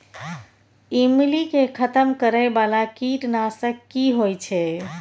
ईमली के खतम करैय बाला कीट नासक की होय छै?